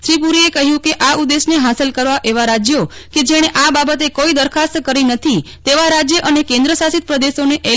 શ્રી પૂરીએ કહ્યું કે આ ઉદ્દેશને હાંસલ કરવા એવા રાજ્યો કે જેણે આ બાબતે કોઈ દરખાસ્ત કરી નથી તેવા રાજ્ય અને કેન્દ્ર શાસિત પ્રદેશોને એલ